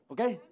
Okay